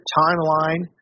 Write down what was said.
timeline